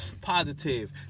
positive